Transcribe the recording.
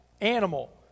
animal—